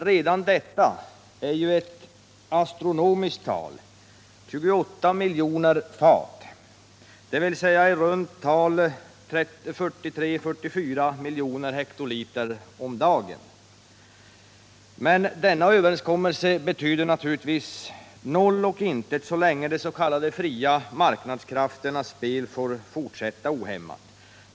Redan detta är ju ett astronomiskt tal — 28 miljoner fat, dvs. 43-44 miljoner hektoliter om dagen. Men denna överenskommelse betyder naturligtvis noll och intet, så länge de s.k. fria marknadskrafternas spel får fortsätta ohämmat.